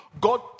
God